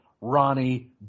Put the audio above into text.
Ronnie